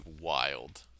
wild